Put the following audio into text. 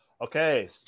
Okay